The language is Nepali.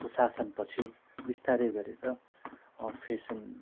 को शासनपछि बिस्तारै गरेर फेसन